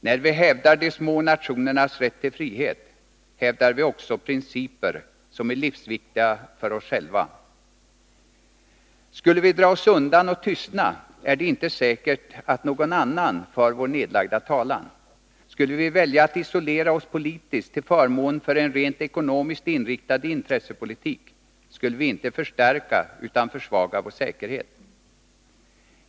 När vi hävdar de små nationernas rätt till frihet hävdar vi också principer som är livsviktiga för oss själva. Skulle vi dra oss undan och tystna, är det inte säkert att någon annan för vår nedlagda talan. Skulle vi välja att isolera oss politiskt till förmån för en rent ekonomiskt inriktad intressepolitik skulle vi inte förstärka utan försvaga vår säkerhet.